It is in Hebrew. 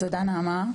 תודה נעמה,